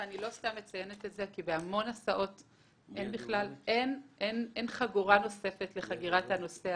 לא סתם אני מציינת את זה כי בהמון הסעות אין חגורה נוספת לחגירת הנוסע